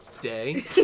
day